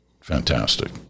fantastic